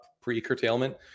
pre-curtailment